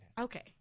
Okay